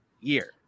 year